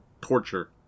torture